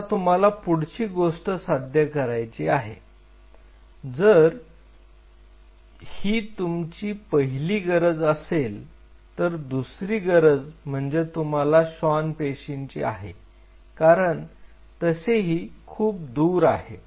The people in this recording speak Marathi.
आता तुम्हाला पुढची गोष्ट साध्य करायचे आहे जर ही तुमची पहिली गरज असेल तर दुसरी गरज म्हणजे तुम्हाला श्वान पेशींची आहे कारण तसेही खूप दूर आहे